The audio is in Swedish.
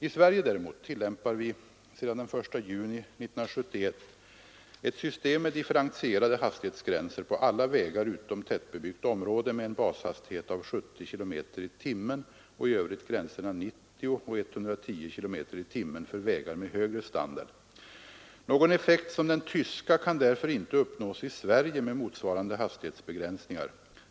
I Sverige däremot tillämpar vi sedan den 1 juni 1971 ett system med differentierade hastighetsgränser på alla vägar utom tättbebyggt område med en bashastighet av 70 km tim för vägar med högre standard. Någon effekt som den tyska kan därför inte uppnås i Sverige med motsvarande hastighetsbegränsningar.